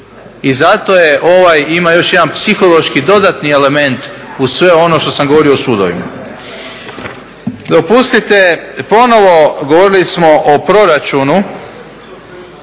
I zato ovo ima još jedan psihološki dodatni element uz sve ono što sam govorio o sudovima. Dopustite ponovno, govorili smo o proračunu